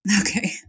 Okay